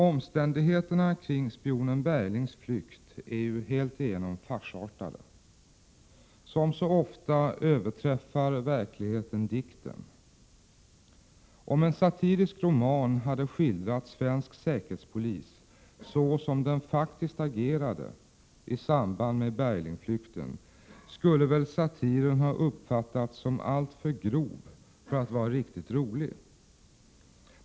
Omständigheterna kring spionen Berglings flykt är helt igenom farsartade. Som så ofta överträffar verkligheten dikten. Om en satirisk roman hade skildrat svensk säkerhetspolis såsom den faktiskt agerade i samband med Berglingflykten, skulle väl satiren ha uppfattats som alltför grov för att vara riktigt rolig.